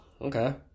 okay